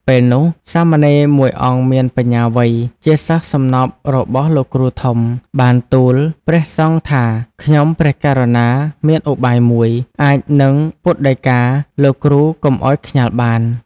ពេលនោះ សាមណេរមួយអង្គមានបញ្ញាវៃ ជាសិស្សសំណប់របស់លោកគ្រូធំ បានទូលព្រះសង្ឃថា "ខ្ញុំព្រះករុណាមានឧបាយមួយ អាចនឹងពុទ្ធដីកាលោកគ្រូកុំឲ្យខ្ញាល់បាន"។